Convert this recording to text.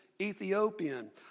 Ethiopian